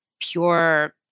pure